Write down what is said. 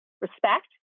respect